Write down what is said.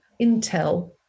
Intel